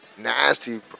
nasty